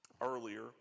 earlier